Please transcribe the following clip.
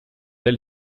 elle